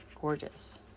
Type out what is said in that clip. gorgeous